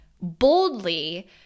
boldly